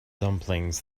dumplings